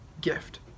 gift